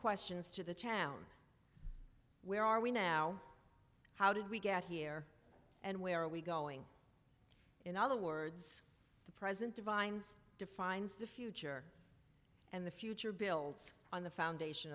questions to the town where are we now how did we get here and where are we going in other words the present divines defines the future and the future builds on the foundation